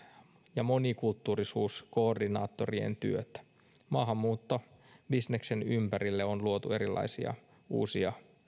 ja monikulttuurisuuskoordinaattorien työt maahanmuuttobisneksen ympärille on luotu erilaisia uusia